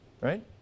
right